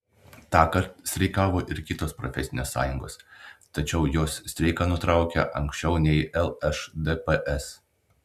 tąkart streikavo ir kitos profesinės sąjungos tačiau jos streiką nutraukė anksčiau nei lšdps